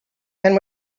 and